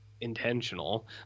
intentional